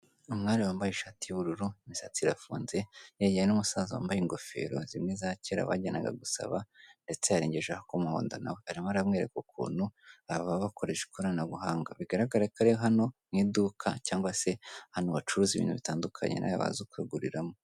Umwari wambaye ishati y'ubururu, imisatsi irafunze, yegeranye n'umusaza wambaye ingofero zimwe za kera bajyanaga gusaba ndetse yarengejeho ak'umuhondo na we. Arimo aramwereka ukuntu baba bakoresha ikoranabuhanga, bigaragara ko ari hano mu iduka cyangwa se ahantu bacuruza ibintu bitandukanye nawe waza ukaguriramo.